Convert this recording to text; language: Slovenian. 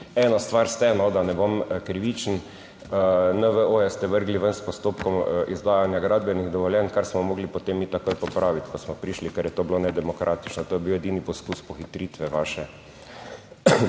Eno stvar ste, da ne bom krivičen. NVO ste vrgli ven s postopkom izdajanja gradbenih dovoljenj, kar smo morali potem mi takoj popraviti, ko smo prišli, ker je to bilo nedemokratično. To je bil edini poskus pohitritve vaše. Torej,